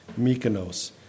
Mykonos